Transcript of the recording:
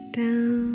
down